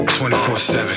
24-7